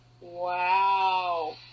Wow